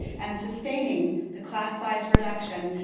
and sustaining the class size reduction,